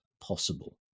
possible